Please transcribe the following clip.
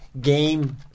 game